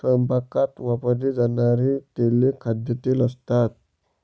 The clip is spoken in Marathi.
स्वयंपाकात वापरली जाणारी तेले खाद्यतेल असतात